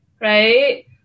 Right